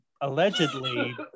allegedly